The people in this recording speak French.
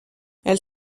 elle